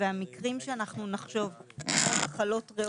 והמקרים שאנחנו נחשוב כמו מחלות ריאות